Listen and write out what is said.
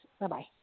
Bye-bye